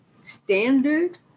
standard